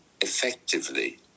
effectively